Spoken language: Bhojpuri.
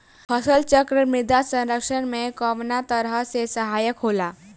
फसल चक्रण मृदा संरक्षण में कउना तरह से सहायक होला?